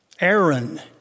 Aaron